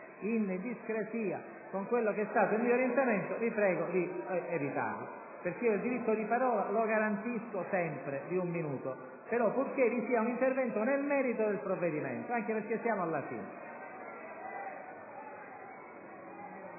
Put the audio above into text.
in discrasia con quello che è stato il mio orientamento, vi prego di evitarlo, perché il diritto di parola di un minuto lo garantisco sempre, ma purché vi sia un intervento nel merito del provvedimento, anche perché siamo alla fine.